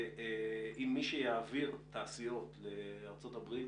אם התעשיות תעבורנה לארצות הברית